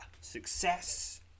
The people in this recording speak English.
success